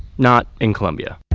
not in colombia.